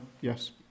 yes